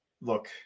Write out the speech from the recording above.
Look